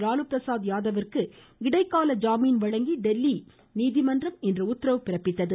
லாலு பிரசாத் யாதவிற்கு இடைக்கால ஜாமீன் வழங்கி டெல்லி நீதிமன்றம் இன்று உத்தரவு பிறப்பித்துள்ளது